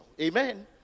Amen